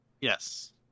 Yes